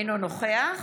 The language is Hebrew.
אינו נוכח